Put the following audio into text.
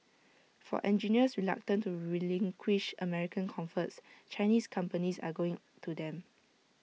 for engineers reluctant to relinquish American comforts Chinese companies are going to them